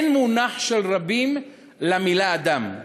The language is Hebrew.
אין מונח של רבים למילה אדם,